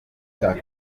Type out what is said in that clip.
cya